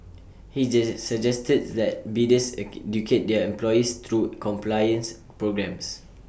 he suggested that bidders their employees through compliance programmes